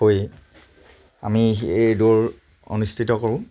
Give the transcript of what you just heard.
হৈ আমি এই দৌৰ অনুষ্ঠিত কৰোঁ